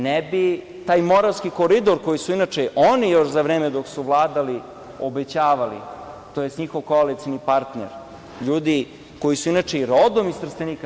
Ne bi taj Moravski koridor, koji su inače oni još za vreme dok su vladali obećavali, tj. njihov koalicioni partner, ljudi koji su inače i rodom iz Trstenika.